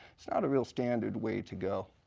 not a real standard way to go.